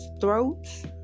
throats